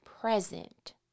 present